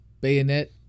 bayonet